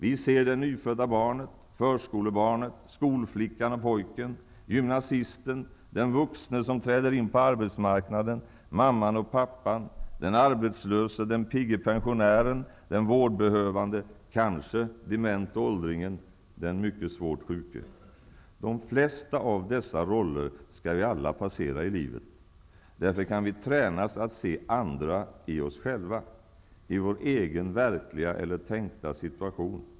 Vi ser det nyfödda barnet, förskolebarnet, skolflickan och pojken, gymnasisten, den vuxne som träder in på arbetsmarknaden, mamman och pappan, den arbetslösa, den pigga pensionären, den vårdbehövande, kanske dementa åldringen, den mycket svårt sjuke. De flesta av dessa ''roller'' skall vi alla passera i livet. Därför kan vi tränas i att se andra i oss själva, i vår egen verkliga eller tänkta situation.